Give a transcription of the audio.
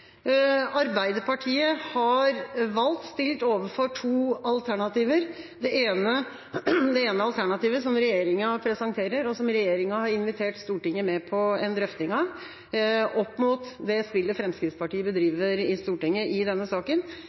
Arbeiderpartiet valgt det alternativet som regjeringa presenterer, og som regjeringa har invitert Stortinget med på en drøfting av – opp mot det spillet Fremskrittspartiet bedriver i Stortinget i denne saken.